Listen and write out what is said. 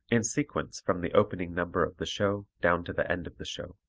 in sequence from the opening number of the show down to the end of the show.